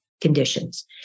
conditions